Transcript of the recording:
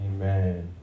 Amen